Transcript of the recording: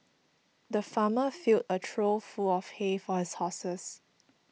the farmer filled a trough full of hay for his horses